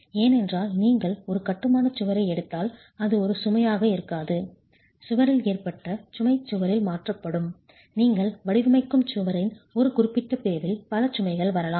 ஏனென்றால் நீங்கள் ஒரு கட்டுமான சுவரை எடுத்தால் அது ஒரு சுமையாக இருக்காது சுவரில் ஏற்றப்பட்ட சுமை சுவரில் மாற்றப்படும் நீங்கள் வடிவமைக்கும் சுவரின் ஒரு குறிப்பிட்ட பிரிவில் பல சுமைகள் வரலாம்